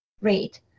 rate